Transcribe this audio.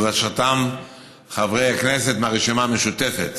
בראשות חברי הכנסת מהרשימה המשותפת,